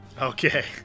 Okay